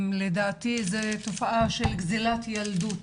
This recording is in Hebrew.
לדעתי זה תופעה של גזלת ילדות